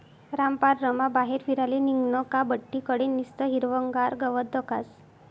रामपाररमा बाहेर फिराले निंघनं का बठ्ठी कडे निस्तं हिरवंगार गवत दखास